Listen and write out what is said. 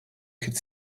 could